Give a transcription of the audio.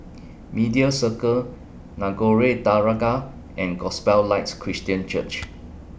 Media Circle Nagore Dargah and Gospel Lights Christian Church